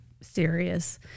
serious